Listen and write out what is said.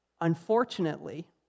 Unfortunately